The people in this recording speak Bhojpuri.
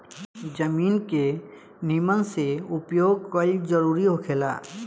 जमीन के निमन से उपयोग कईल जरूरी होखेला